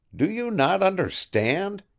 do you not understand?